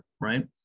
right